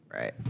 Right